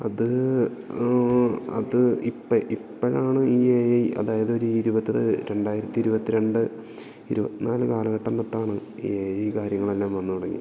അത് അത് ഇപ്പം ഇപ്പോഴാണ് ഈ എ ഐ അതായത് ഒരു ഇരുപത് രണ്ടായിരത്തി ഇരുപത്തി രണ്ട് ഇരുപത്തി നാല് കാലഘട്ടം തൊട്ടാണ് ഈ എ ഐ കാര്യങ്ങൾ എല്ലാം വന്ന് തുടങ്ങിയത്